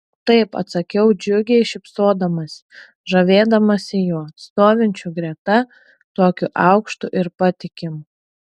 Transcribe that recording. taip atsakiau džiugiai šypsodamasi žavėdamasi juo stovinčiu greta tokiu aukštu ir patikimu